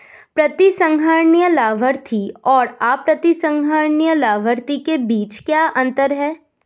प्रतिसंहरणीय लाभार्थी और अप्रतिसंहरणीय लाभार्थी के बीच क्या अंतर है?